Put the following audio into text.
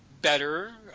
better